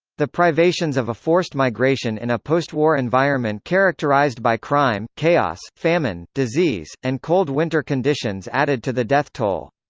the privations of a forced migration in a postwar environment characterized by crime, chaos, famine, disease, and cold winter conditions added to the death toll.